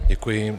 Děkuji.